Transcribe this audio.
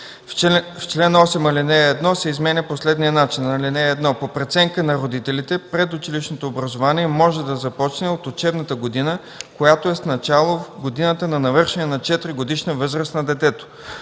в чл. 8, ал. 1 се изменя по следния начин: „(1) По преценка на родителите, предучилищното образование може да започне от учебната година, която е с начало в годината на навършване на четиригодишна възраст на детето”.